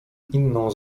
inną